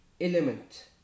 element